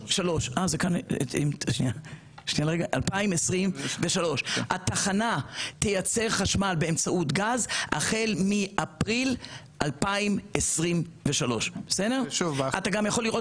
2023. התחנה תייצר חשמל באמצעות גז החל מאפריל 2023. אתה גם יכול לראות